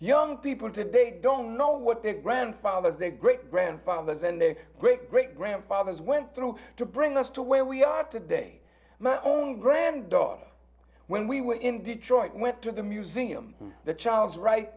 young people today don't know what their grandfathers the great grandfathers and their great great grandfathers went through to bring us to where we are today my own grand daughter when we were in detroit went to the museum the child's right